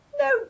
No